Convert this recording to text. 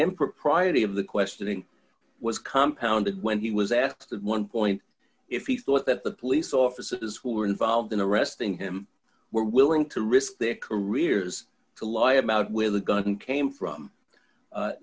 impropriety of the questioning was compounded when he was asked one point if he thought that the police officers who were involved in a resting him were willing to risk their careers to lie about with a gun came from